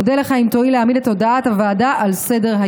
אודה לך אם תואיל להעמיד את הודעת הוועדה על סדר-היום.